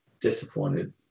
disappointed